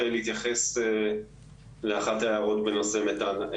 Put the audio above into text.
שאלות ולהתייחס לאחת ההערות בנושא מתאן.